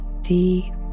deep